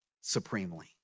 supremely